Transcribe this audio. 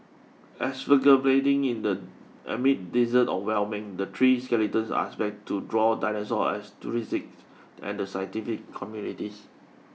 excavated in the amid desert of Wyoming the three skeletons are expect to draw dinosaur enthusiasts and the scientific communities